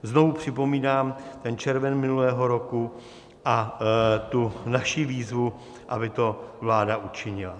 Znovu připomínám červen minulého roku a naši výzvu, aby to vláda učinila.